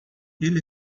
ele